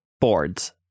boards